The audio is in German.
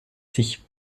sich